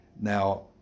Now